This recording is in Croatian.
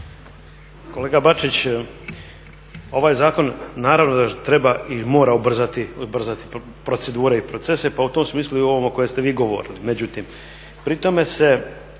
Kolega Bačić, ovaj zakon naravno da treba i mora ubrzati procedure i procese, pa u tom smislu i ove o kojem ste vi govorili. Međutim, pri tome se